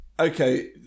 Okay